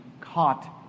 caught